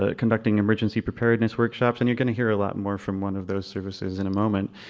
ah conducting emergency preparedness workshops. and you're going to hear a lot more from one of those services in a moment.